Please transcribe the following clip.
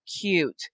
cute